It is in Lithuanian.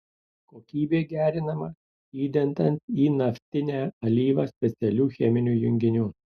kokybė gerinama įdedant į naftinę alyvą specialių cheminių junginių